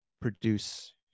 produce